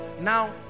Now